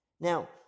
Now